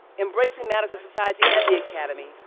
embracing matters of society and the academy,